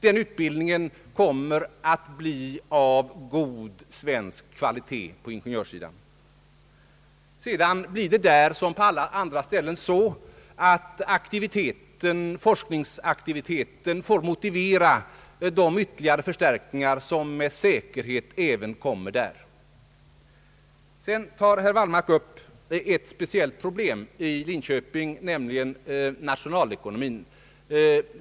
Den utbildningen kommer på ingenjörssidan att bli av god svensk kvalitet. Sedan får forskningsaktiviteten där som på andra orter motivera de ytterligare förstärkningar av anslagen som med säkerhet kommer senare. Herr Wallmark tar vidare upp ett för Linköping speciellt problem, nämligen ämnet nationalekonomi.